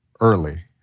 early